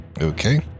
Okay